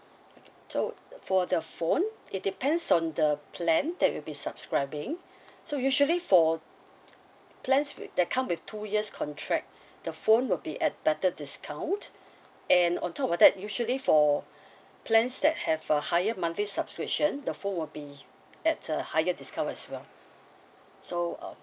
okay so for the phone it depends on the plan that you'll be subscribing so usually for plans that come with two years contract the phone will be at better discount and on top of that usually for plans that have a higher monthly subscription the phone will be at a higher discount as well so uh